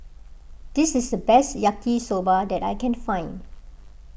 this is the best Yaki Soba that I can find